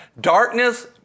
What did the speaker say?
Darkness